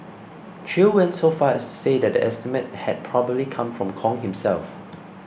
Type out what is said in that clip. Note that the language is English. Chew went so far as to say that the estimate had probably come from Kong himself